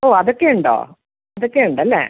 ഓ അതൊക്കെയുണ്ടോ അതൊക്കെയുണ്ടല്ലേ